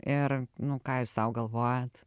ir nu ką jūs sau galvojat